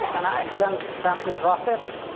and i accidentally drop it.